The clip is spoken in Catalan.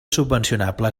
subvencionable